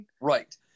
right